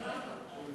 שכנעת,